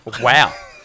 Wow